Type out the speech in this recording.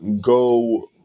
Go